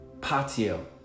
patio